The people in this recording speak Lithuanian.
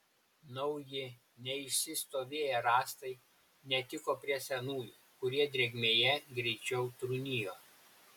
nauji neišsistovėję rąstai netiko prie senųjų kurie drėgmėje greičiau trūnijo